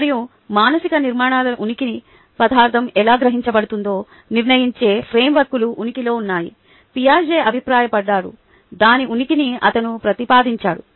మరియు మానసిక నిర్మాణాల ఉనికి పదార్థం ఎలా గ్రహించబడుతుందో నిర్ణయించే ఫ్రేమ్వర్క్లు ఉనికిలో ఉన్నాయని పియాజెట్ అభిప్రాయపడ్డాడు దాని ఉనికిని అతను ప్రతిపాదించాడు